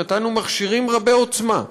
מכשירים רבי עוצמה.